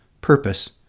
Purpose